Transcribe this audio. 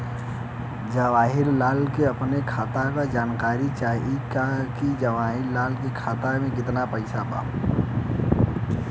जवाहिर लाल के अपना खाता का जानकारी चाहत बा की जवाहिर लाल के खाता में कितना पैसा बा?